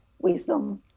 wisdom